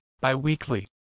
bi-weekly